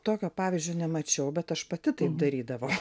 tokio pavyzdžio nemačiau bet aš pati taip darydavau